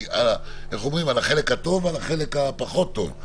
איך אומרים: על החלק הטוב ועל החלק הפחות טוב.